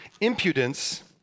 impudence